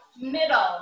middle